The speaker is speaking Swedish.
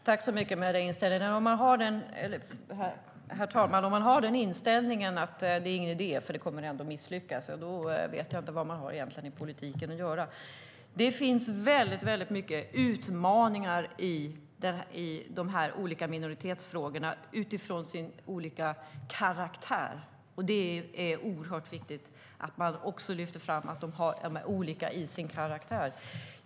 Herr talman! Om man har inställningen att det inte är någon idé eftersom det ändå kommer att misslyckas vet jag inte vad man har i politiken att göra. Det finns väldigt många utmaningar i de olika minoritetsfrågorna, utifrån deras olika karaktärer. Det är oerhört viktigt att man lyfter fram att de är olika till sin karaktär.